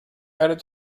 added